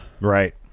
Right